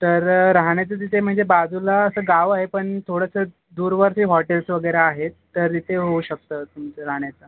तर राहण्याचं तिथे म्हणजे बाजूला असं गाव आहे पण थोडं असं दूरवरती हॉटेल्स वगैरे आहेत तर इथे होऊ शकतं तुमचं राहण्याचं